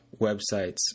websites